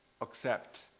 accept